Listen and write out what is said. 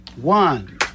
One